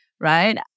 right